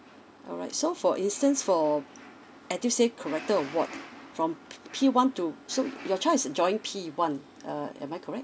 alright so for instance for edu save corrector award from P one to so your child is joining P one err am I correct